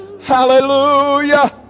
Hallelujah